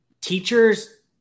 teachers